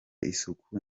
isuku